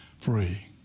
free